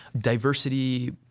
diversity